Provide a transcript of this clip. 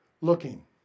looking